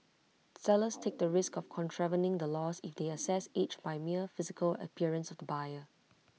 sellers take the risk of contravening the laws if they assess age by mere physical appearance of the buyer